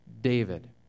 David